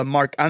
Mark